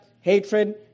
hatred